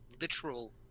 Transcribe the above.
literal